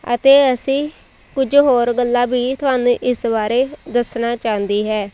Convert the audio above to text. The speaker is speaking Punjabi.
ਅਤੇ ਅਸੀਂ ਕੁਝ ਹੋਰ ਗੱਲਾਂ ਵੀ ਤੁਹਾਨੂੰ ਇਸ ਬਾਰੇ ਦੱਸਣਾ ਚਾਹੁੰਦੀ ਹੈ